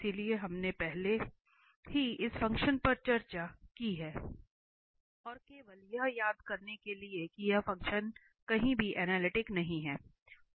इसलिए हमने पहले ही इस फ़ंक्शन पर चर्चा की है और केवल यह याद करने के लिए कि यह फंक्शन कहीं भी अनलिटिक नहीं है